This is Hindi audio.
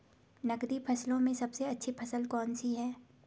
नकदी फसलों में सबसे अच्छी फसल कौन सी है?